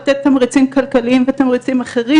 לתת תמריצים כלכליים ותמריצים אחרים